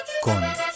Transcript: Con